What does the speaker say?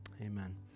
Amen